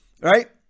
Right